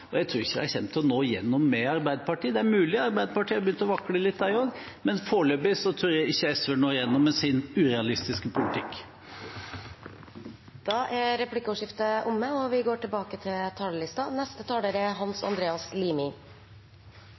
og jeg tror ikke de kommer til å nå gjennom hos Arbeiderpartiet. Det er mulig Arbeiderpartiet har begynt å vakle litt de også, men foreløpig tror jeg ikke SV når igjennom med sin urealistiske politikk. Replikkordskiftet er omme. Stortingets budsjettdebatter dreier seg gjerne om vekst i offentlige utgifter og